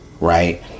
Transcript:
right